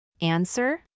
Answer